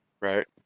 Right